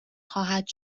خواهد